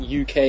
uk